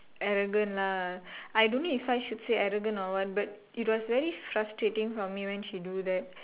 arrogant lah I don't know if I should say arrogant or what but it was very frustrating for me when she do that